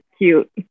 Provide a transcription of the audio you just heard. cute